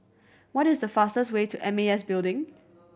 what is the fastest way to M A S Building